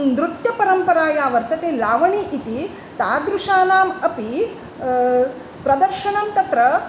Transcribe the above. नृत्यपरम्परा या वर्तते लावणी इति तादृशानाम् अपि प्रदर्शनं तत्र